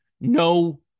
no